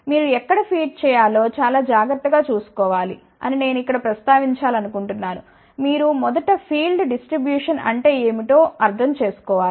మీరు ఎక్కడ ఫీడ్ చేయాలో చాలా జాగ్రత్తగా చూసుకోవాలిఅని నేను ఇక్కడ ప్రస్తావించాలనుకుంటున్నాను మీరు మొదట ఫీల్డ్ డిస్ట్రిబ్యూషన్ అంటే ఏమిటో మొదట అర్థం చేసుకోవాలి